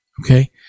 Okay